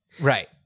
Right